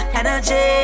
energy